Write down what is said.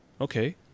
Okay